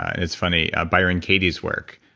it's funny, byron katie's work,